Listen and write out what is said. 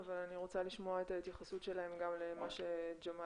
אבל אני רוצה גם לשמוע את ההתייחסות שלהם גם למה שג'מאל